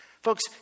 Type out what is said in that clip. Folks